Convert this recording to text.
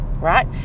right